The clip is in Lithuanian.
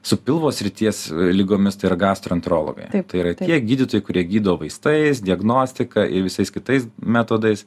su pilvo srities ligomis tai yra gastroenterologai taip tai yra tie gydytojai kurie gydo vaistais diagnostika ir visais kitais metodais